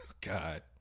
God